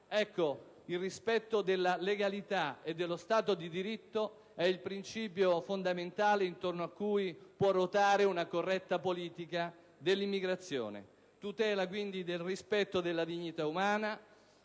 Il rispetto della legalità e dello Stato di diritto è il principio fondamentale intorno a cui può ruotare una corretta politica dell'immigrazione: ciò significa rispetto della dignità umana,